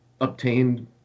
obtained